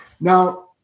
now